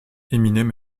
eminem